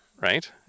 right